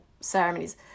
ceremonies